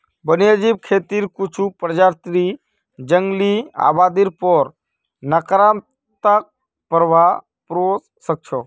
वन्यजीव खेतीक कुछू प्रजातियक जंगली आबादीर पर नकारात्मक प्रभाव पोड़वा स ख छ